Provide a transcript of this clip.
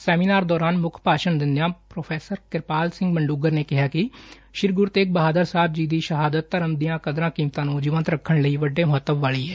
seminar ਦੌਰਾਨ ਮੁੱਖ ਭਾਸ਼ਣ ਦਿੰਦਿਆਂ ਪ੍ਰੋ ਕਿਰਪਾਲ ਸਿੰਘ ਬੰਡੂਗਰ ਨੇ ਕਿਹਾ ਕਿ ਸ੍ਰੀ ਗੁਰੂ ਤੇਗ ਬਹਾਦਰ ਸਾਹਿਬ ਜੀ ਦੀ ਸ਼ਹਾਦਤ ਧਰਮ ਦੀਆਂ ਕਰਦਾਂ ਕੀਮਤਾਂ ਨੂੰ ਜੀਵਤ ਰੱਖਣ ਲਈ ਵੱਡੇ ਮਹੱਤਵ ਵਾਲੀ ਏ